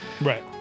right